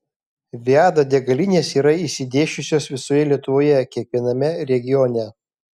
viada degalinės yra išsidėsčiusios visoje lietuvoje kiekviename regione